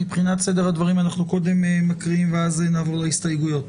מבחינת סדר הדברים אנחנו קודם מקריאים ואז נעבור להסתייגויות,